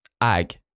Ag